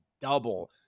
double